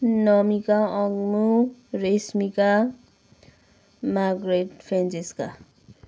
नमिका अङ्मू Reshmika Margaret Francisca